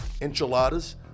enchiladas